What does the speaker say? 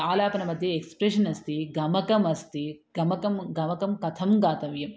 आलापनमध्ये expression अस्ति गमकम् अस्ति गमकं गमकं कथं गातव्यम्